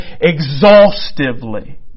exhaustively